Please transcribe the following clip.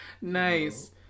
Nice